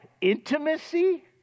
intimacy